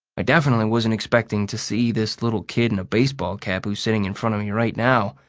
definitely wasn't expecting to see this little kid in a baseball cap who's sitting in front of me right now.